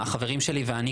החברים שלי ואני,